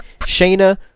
Shayna